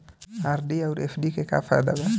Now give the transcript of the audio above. RD आउर FD के का फायदा बा?